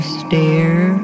stare